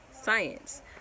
science